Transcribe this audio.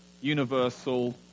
universal